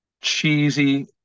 Cheesy